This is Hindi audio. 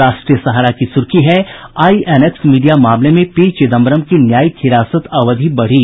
राष्ट्रीय सहारा की सुर्खी है आईएनएक्स मीडिया मामले में पी चिदम्बरम की न्यायिक हिरासत अवधि बढ़ी